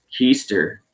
keister